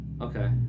Okay